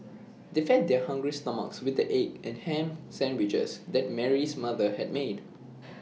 they fed their hungry stomachs with the egg and Ham Sandwiches that Mary's mother had made